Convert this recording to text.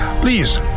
please